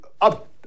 up